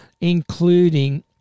including